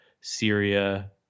Syria